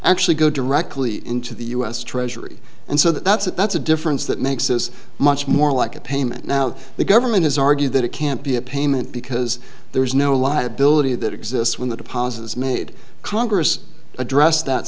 actually go directly into the u s treasury and so that's it that's a difference that makes this much more like a payment now the government has argued that it can't be a payment because there is no liability that exists when the deposit is made congress addressed that